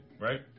right